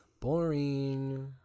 Boring